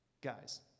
guys